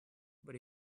but